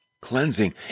Cleansing